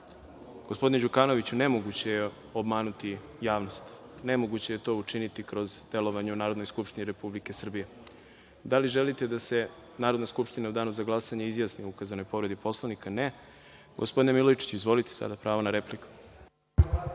gospodine Đukanoviću, nemoguće je obmanuti javnost. Nemoguće je to učiniti kroz delovanje u Narodnoj skupštini Republike Srbije. Da li želite da se Narodna skupština u danu za glasanje izjasni o ukazanoj povredi Poslovnika? (Ne.)(Radoslav Milojičić: Replika.)Gospodine Milojičiću, izvolite sada, pravo na repliku.